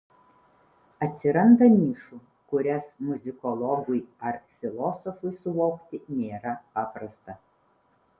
atsiranda nišų kurias muzikologui ar filosofui suvokti nėra paprasta